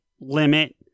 limit